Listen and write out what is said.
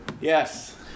Yes